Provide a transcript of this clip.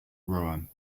rowan